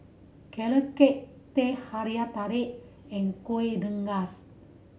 Carrot Cake Teh Halia Tarik and Kueh Rengas